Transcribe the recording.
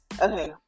Okay